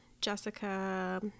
Jessica